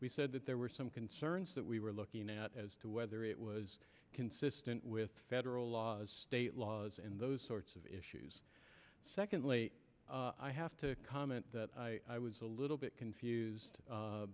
we said that there were some concerns that we were looking at as to whether it was consistent with federal laws state laws and those sorts of issues secondly i have to comment that i was a little bit confused